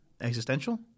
Existential